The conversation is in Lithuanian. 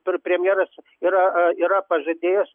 per premjeras yra a yra pažadėjęs